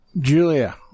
Julia